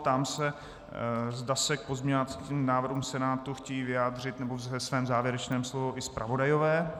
Ptám se, zda se k pozměňovacím návrhům Senátu chtějí vyjádřit, nebo ve svém závěrečném slovu, i zpravodajové.